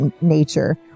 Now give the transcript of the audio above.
nature